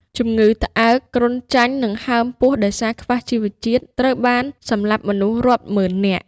ជំងឺត្អើក គ្រុនចាញ់ និងហើមពោះដោយសារខ្វះជីវជាតិ បានសម្លាប់មនុស្សរាប់ម៉ឺននាក់។